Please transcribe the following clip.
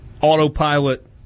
autopilot